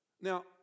Now